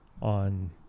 On